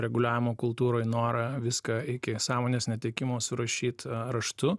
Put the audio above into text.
reguliavimo kultūroj norą viską iki sąmonės netekimo surašyt raštu